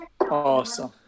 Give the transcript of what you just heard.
awesome